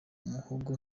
muhogo